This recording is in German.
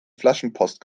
flaschenpost